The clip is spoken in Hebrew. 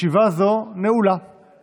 יש הודעה לסגנית מזכיר הכנסת.